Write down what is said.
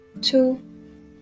two